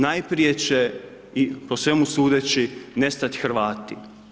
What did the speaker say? Najprije će po svemu sudeći nestati Hrvati.